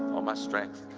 all my strength.